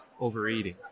overeating